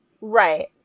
Right